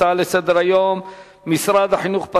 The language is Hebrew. הצעות לסדר-היום מס' 2553,